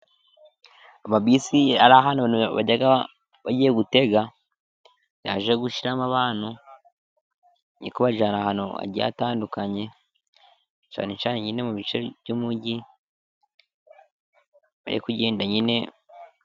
Amabisi ari ahantu abantu bajya bagiye gutega, yaje gushyiramo abantu ari kubajyana ahantu hagiye hatandukanye, cyane cyane mu bice by'umugi ari kugenda nyine....